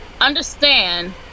understand